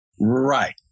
right